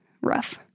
rough